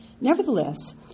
nevertheless